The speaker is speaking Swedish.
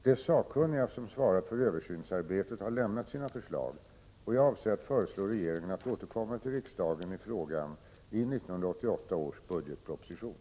De sakkunniga som svarat för översynsarbetet har lämnat sina förslag, och jag avser att föreslå regeringen att återkomma till riksdagen i frågan i 1988 års budgetproposition.